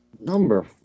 Number